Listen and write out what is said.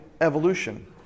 evolution